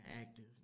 active